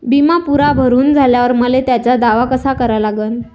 बिमा पुरा भरून झाल्यावर मले त्याचा दावा कसा करा लागन?